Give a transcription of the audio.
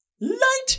light